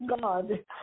God